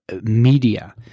media